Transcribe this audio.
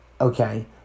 Okay